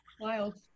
wild